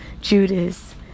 Judas